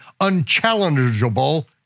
unchallengeable